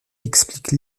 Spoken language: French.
explique